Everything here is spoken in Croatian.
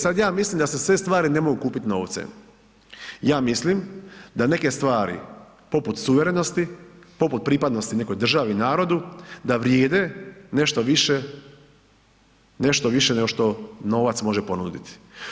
Sada ja mislim da se sve stvari ne mogu kupiti novcem, ja mislim da neke stvari poput suverenosti, poput pripadnosti nekoj državi, narodu da vrijede nešto više nego što novac može ponuditi.